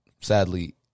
sadly